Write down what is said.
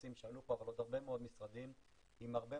צריכים לקיים ועדות והוועדות משתדלות להתקיים,